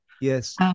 Yes